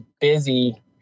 busy